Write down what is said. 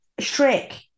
Shrek